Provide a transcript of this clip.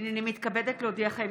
הינני מתכבדת להודיעכם,